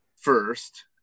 first